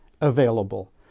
available